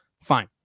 Fine